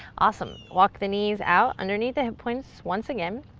awesome. walk the knees out underneath the hip points once again.